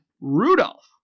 Rudolph